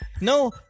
No